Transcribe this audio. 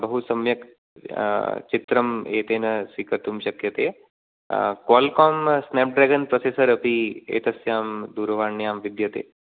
बहुसम्यक् चित्रं एतेन स्वीकर्तुं शक्यते कोल्कोम् स्नेप् ड्रेगन् प्रासेसर् अपि एतस्यां दूरवाण्यां विद्यते